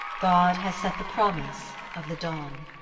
god has set the promise of the dawn.